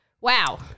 wow